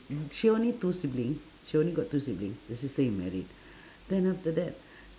mm she only two sibling she only got two sibling the sister is married then after that